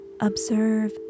Observe